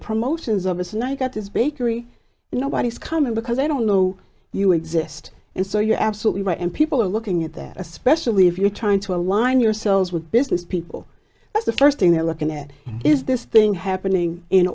promotions of this night got this bakery nobody's coming because they don't know you exist and so you're absolutely right and people are looking at that especially if you're trying to align yourselves with business people that's the first thing they're looking at is this thing happening in